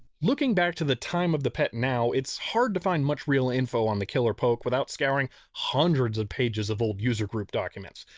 looking back to the time of the pet now it's hard to find much real info on the killer poke without scouring hundreds of pages of old user group documents.